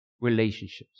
relationships